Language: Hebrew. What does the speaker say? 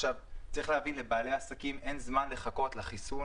צריך להבין שלבעלי העסקים אין זמן לחכות לחיסון.